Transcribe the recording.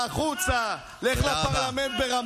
תודה רבה, אני קורא אותך לסדר פעם ראשונה.